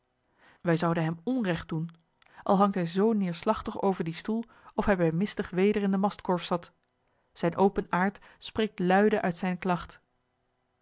wij zouden hem onregt doen al hangt hij zoo neêrslagtig over dien stoel of hij bij mistig weder in den mastkorf zat zijn open aard spreekt luide uit zijne klacht